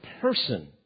person